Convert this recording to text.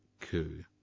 coup